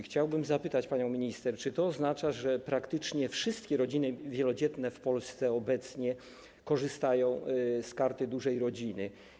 Chciałbym zapytać panią minister, czy to oznacza, że praktycznie wszystkie rodziny wielodzietne w Polsce obecnie korzystają z Karty Dużej Rodziny.